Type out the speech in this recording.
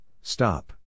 stop